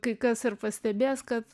kai kas ir pastebėjęs kad